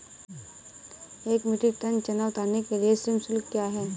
एक metric ton चना उतारने के लिए श्रम शुल्क क्या है?